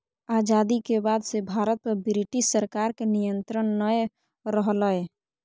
आजादी के बाद से भारत पर ब्रिटिश सरकार के नियत्रंण नय रहलय